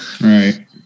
right